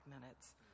minutes